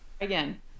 again